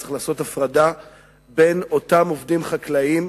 צריך לעשות הפרדה בין אותם עובדים חקלאיים,